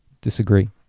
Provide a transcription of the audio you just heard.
disagree